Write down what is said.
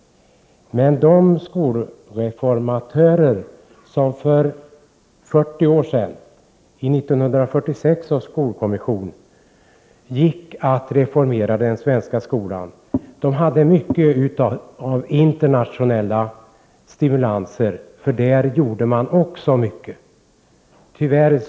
De skolreformatörer som för 40 år sedan, i 1946 års skolkommission, gick att reformera skolan hade mycket av internationell stimulans, för därvidlag gjordes också en hel del.